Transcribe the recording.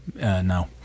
No